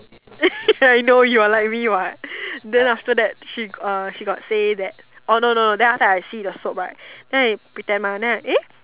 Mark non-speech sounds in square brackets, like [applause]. [laughs] ya I know you are like me what then after that she uh she got say that orh no no then after that I see the soap mah then I pretend mah then I eh